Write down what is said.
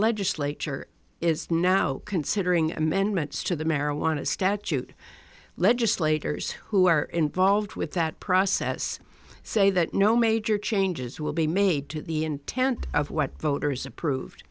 legislature is now considering amendments to the marijuana statute legislators who are involved with that process say that no major changes will be made to the intent of what voters approved